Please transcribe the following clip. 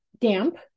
damp